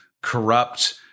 corrupt